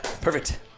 perfect